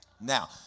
Now